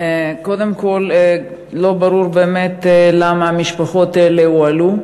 קודם כול, לא ברור למה המשפחות האלה הועלו,